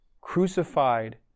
crucified